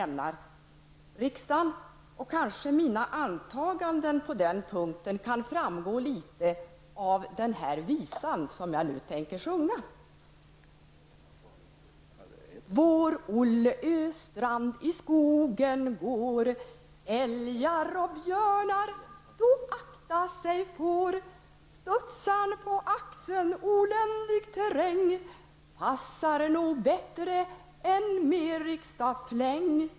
Mina antaganden på den punkten kanske framgår av den visa som jag nu tänker sjunga: älgar och björnar då akta sig får passar nog bättre än mer riksdagsfläng.